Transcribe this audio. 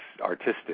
artistic